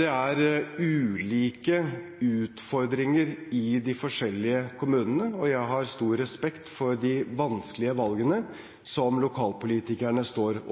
Det er ulike utfordringer i de forskjellige kommunene, og jeg har stor respekt for de vanskelige valgene som lokalpolitikerne står